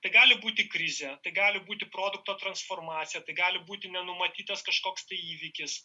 tai gali būti krizė tai gali būti produkto transformacija tai gali būti nenumatytas kažkoks tai įvykis